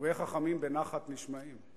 דברי חכמים בנחת נשמעים.